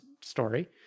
story